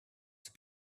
have